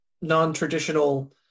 non-traditional